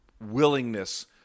willingness